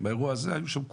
באירוע הזה היו שם כולם,